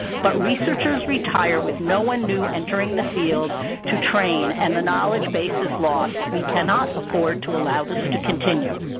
but researchers retire with no one new entering the field to train and the knowledge base is lost. we cannot afford to allow this to continue.